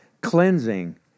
cleansing